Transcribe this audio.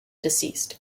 deceased